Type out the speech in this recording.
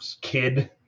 kid